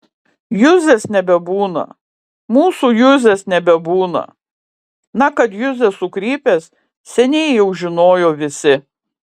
juzės nebebūna mūsų juzės nebebūna na kad juzė sukrypęs seniai jau žinojo visi